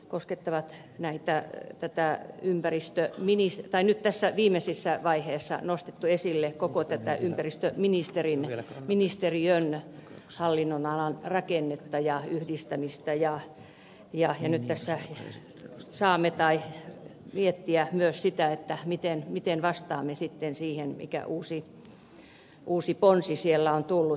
koskettavat näitä pitää ympäristö viinistä tai esille tässä viimeisessä vaiheessa koko ympäristöministeriön hallinnonalan rakennetta ja yhdistämistä ja nyt tässä saamme miettiä myös sitä miten vastaamme siihen uuteen ponteen mikä sinne on tullut